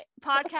podcast